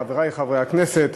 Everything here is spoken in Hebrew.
חברי חברי הכנסת,